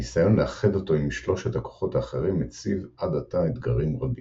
הניסיון לאחד אותו עם שלושת הכוחות האחרים מציב עד עתה אתגרים רבים.